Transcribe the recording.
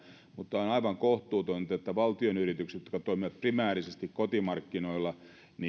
mutta on aivan kohtuutonta että valtionyritykset jotka toimivat primäärisesti kotimarkkinoilla